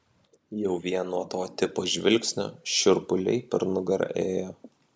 jau vien nuo to tipo žvilgsnio šiurpuliai per nugarą ėjo